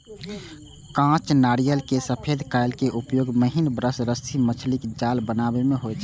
कांच नारियल केर सफेद कॉयर के उपयोग महीन ब्रश, रस्सी, मछलीक जाल बनाबै मे होइ छै